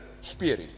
spirit